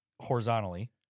horizontally